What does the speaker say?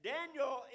Daniel